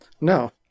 No